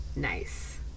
nice